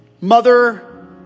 Mother